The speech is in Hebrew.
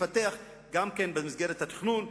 לפתח גם במסגרת התכנון,